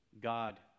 God